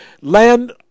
land